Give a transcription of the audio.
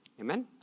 Amen